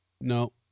no